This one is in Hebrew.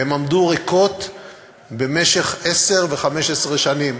הן עמדו ריקות במשך 10 ו-15 שנים,